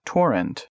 Torrent